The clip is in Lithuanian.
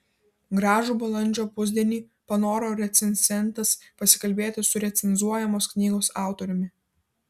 gražų balandžio pusdienį panoro recenzentas pasikalbėti su recenzuojamos knygos autoriumi